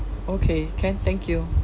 okay can thank you